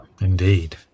Indeed